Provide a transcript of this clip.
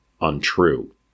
untrue